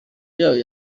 yayo